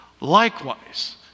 Likewise